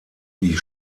die